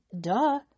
Duh